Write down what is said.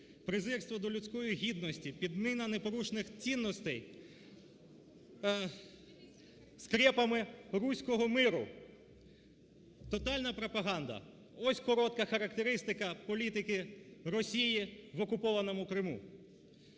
презирство до людської гідності, підміна непорушних цінностей скрепами руського миру, тотальна пропаганда. Ось коротка характеристика політики Росії в окупованому Криму.